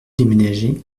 déménager